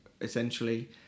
essentially